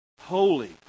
Holy